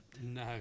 No